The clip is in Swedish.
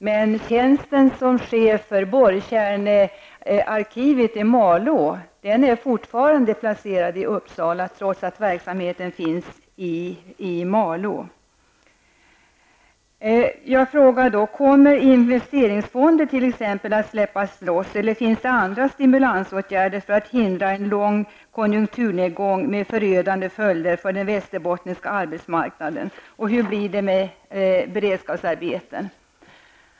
Men tjänsten som chef för borrkärnearkivet i Malå är fortfarande placerad i Uppsala, trots att verksamheten finns i Malå. Kommer t.ex. investeringsfonder att släppas loss, eller finns det andra stimulansåtgärder för att hindra en lång konjunkturnedgång med förödande följder för den västerbottniska arbetsmarknaden?